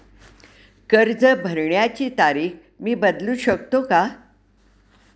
कर्ज भरण्याची तारीख मी बदलू शकतो का?